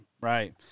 right